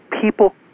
people